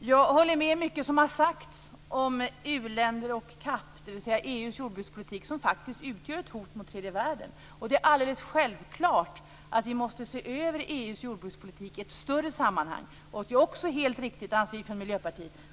Jag håller med om mycket av det som har sagts om u-länder och CAP, dvs. EU:s jordbrukspolitik. Den utgör faktiskt ett hot mot tredje världen. Det är alldeles självklart att vi måste se över EU:s jordbrukspolitik i ett större sammanhang. Vi i Miljöpartiet anser också